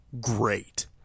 great